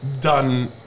Done